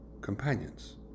companions